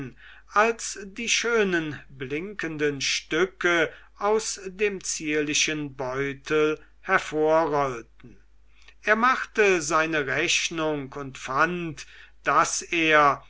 als die schönen blinkenden stücke aus dem zierlichen beutel hervorrollten er machte seine rechnung und fand daß er